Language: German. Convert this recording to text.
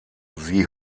sie